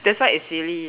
that's why it's silly